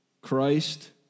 Christ